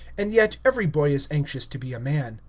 and yet every boy is anxious to be a man,